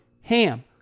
HAM